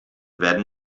werden